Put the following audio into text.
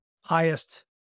highest